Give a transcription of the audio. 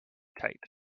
tight